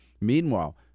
Meanwhile